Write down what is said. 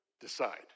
decide